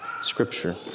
scripture